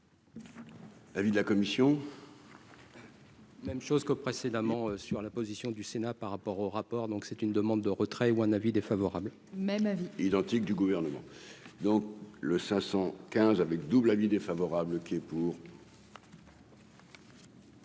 Avis de la commission. Même chose que précédemment sur la position du Sénat par rapport au rapport, donc c'est une demande de retrait ou un avis défavorable. Même même identique du gouvernement, donc le 515 avec double avis défavorable qui est pour.